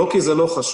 לא כי זה לא חשוב,